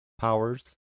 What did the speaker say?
powers